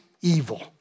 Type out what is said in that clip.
evil